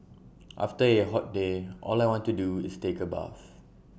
after A hot day all I want to do is take A bath